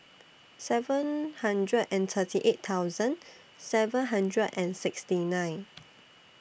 seven hundred and thirty eight thousand seven hundred and sixty nine